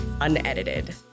unedited